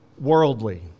worldly